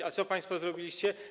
A co państwo zrobiliście?